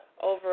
over